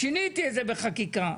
שיניתי את זה בחקיקה.